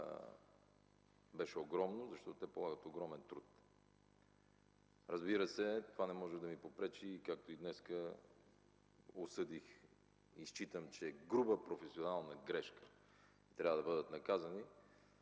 беше огромно, защото те полагат огромен труд. Разбира се, това не може да ми попречи, както днес осъдих и считам, че е груба професионална грешка – трябва да бъдат наказани